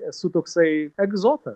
esu toksai egzota